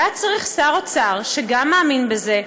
והיה צריך שר אוצר שגם מאמין בזה,